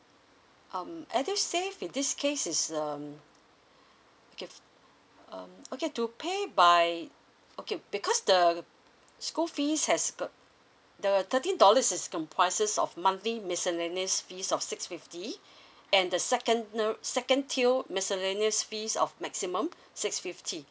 um edusave in this case is um okay um okay to pay by okay because the school fees has got the thirteen dollars is comprises of monthly miscellaneous fees of six fifty and the second uh second tier miscellaneous fees of maximum six fifty